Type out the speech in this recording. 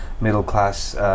middle-class